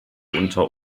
unter